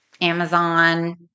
Amazon